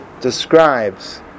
describes